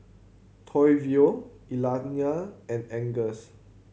Toivo Iliana and Angus